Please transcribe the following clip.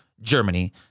germany